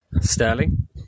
Sterling